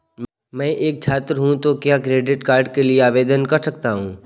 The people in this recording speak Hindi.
मैं एक छात्र हूँ तो क्या क्रेडिट कार्ड के लिए आवेदन कर सकता हूँ?